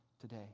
today